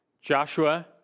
Joshua